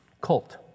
cult